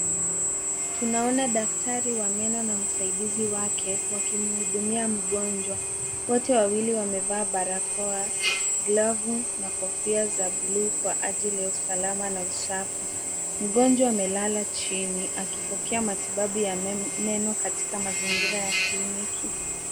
Tunaona daktari wa meno na msaidizi wake wakimhudumia mgonjwa. Wote wawili wamevaa barakoa, glovu na kofia za bluu kwa ajili ya usalama na usafi. Mgonjwa amelala chini akipokea matibabu ya meno katika mazingira ya kliniki.